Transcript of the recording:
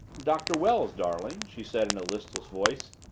doctor wells, darling, she said in a listless voice.